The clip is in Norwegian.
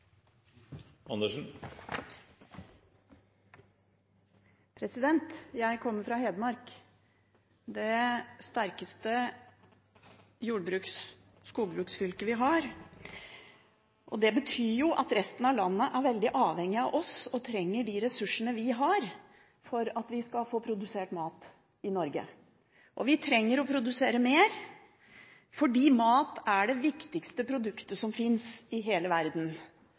troverdigheten. Jeg kommer fra Hedmark, det sterkeste jord- og skogbruksfylket vi har. Det betyr at resten av landet er veldig avhengig av oss og trenger de ressursene vi har, for at vi skal få produsert mat i Norge. Vi trenger å produsere mer fordi mat er det viktigste produktet som fins i